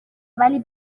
ولی